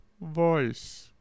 voice